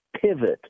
pivot